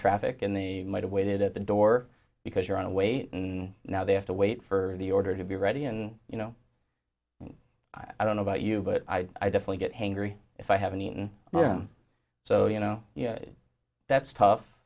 traffic and they might have waited at the door because you're on a wait and now they have to wait for the order to be ready and you know i don't know about you but i definitely get hangry if i haven't eaten so you know that's tough